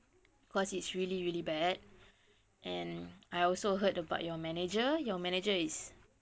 cause it's really really bad and I also heard about your manager your manager is